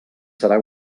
serà